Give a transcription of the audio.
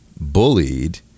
bullied